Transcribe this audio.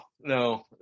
no